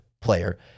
player